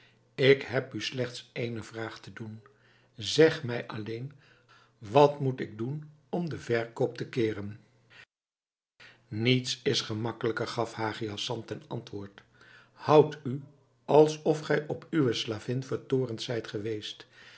ik heb u slechts ééne vraag te doen zeg mij alleen wat moet ik doen om den verkoop te keeren niets is gemakkelijker gaf hagi hassan ten antwoord houdt u alsof gij op uwe slavin vertoornd zijt geweest